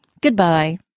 Goodbye